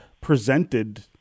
presented